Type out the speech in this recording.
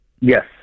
yes